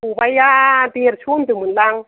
ख'बायआ देरस' होनदों मोनदां